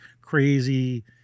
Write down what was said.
crazy